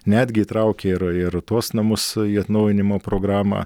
netgi įtraukia ir ir tuos namus į atnaujinimo programą